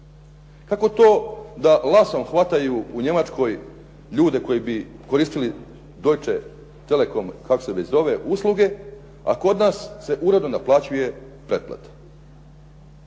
kako to da lasom hvataju u Njemačkoj ljude koji bi koristili Deutsche telekom, kako se već zove, usluge, a kod nas se uredno naplaćuje pretplata